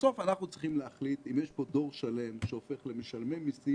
בסוף אנחנו צריכים להחליט אם יש פה דור שלם שהופך למשלמי מסים,